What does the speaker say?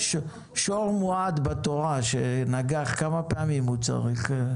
שור מועד בתורה, כמה פעמים הוא צריך לנגוח?